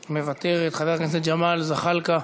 מוותרת, חבר הכנסת ג'מאל זחאלקה,